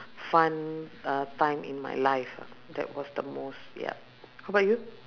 fun uh time in my life that was the most ya how about you